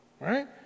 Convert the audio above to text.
right